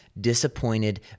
disappointed